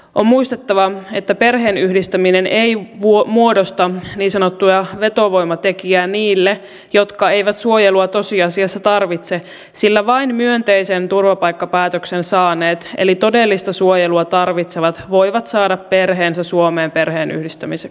on muistettava että perheenyhdistäminen ei muodosta niin sanottua vetovoimatekijää niille jotka eivät suojelua tosiasiassa tarvitse sillä vain myönteisen turvapaikkapäätöksen saaneet eli todellista suojelua tarvitsevat voivat saada perheensä suomeen perheenyhdistämisen kautta